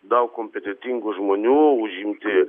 daug kompetentingų žmonių užimti